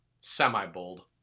Semi-bold